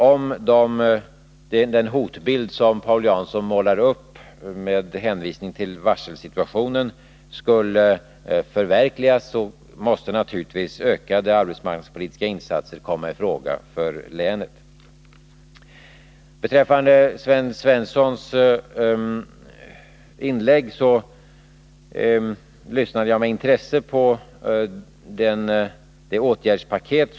Om den hotbild som Paul Jansson målar upp med hänvisning till varselsituationen skulle förverkligas, måste naturligtvis ökade arbetsmarknadspolitiska insatser komma i fråga för länet. Jag lyssnade med intresse till Sten Svensson när han presenterade sitt åtgärdspaket.